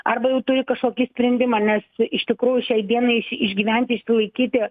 arba jau turi kažkokį sprendimą nes iš tikrųjų šiai dienai išgyventi išsilaikyti